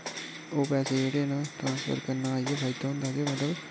ओह् पैसे जेह्ड़े न ट्रांसफर करने दा इ'यैं फायदा होंदा के मतलब